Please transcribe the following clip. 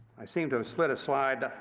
i seem to have slid a slide.